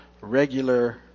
regular